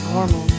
Normal